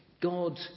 God